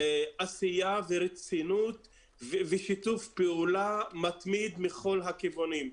עשייה ורצינות ושיתוף פעולה מתמיד מכל הכיוונים.